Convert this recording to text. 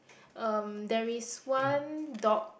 um there is one dog